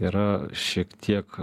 yra šiek tiek